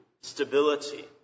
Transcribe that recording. stability